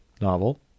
novel